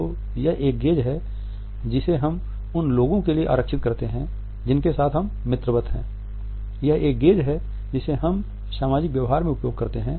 तो यह एक गेज़ है जिसे हम उन लोगों के लिए आरक्षित करते हैं जिनके साथ हम मित्रवत हैं यह एक गेज़ है जिसे हम समाजिक व्यवहार में उपयोग करते हैं